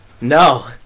no